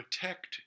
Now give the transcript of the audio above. protect